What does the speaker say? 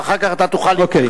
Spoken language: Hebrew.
ואחר כך אתה תוכל להתייחס.